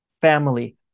family